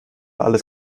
alles